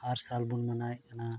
ᱦᱟᱨ ᱥᱟᱞᱵᱚᱱ ᱢᱟᱱᱟᱣᱮᱫ ᱠᱟᱱᱟ